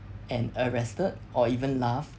and arrested or even laughed